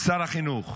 שר החינוך,